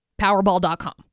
Powerball.com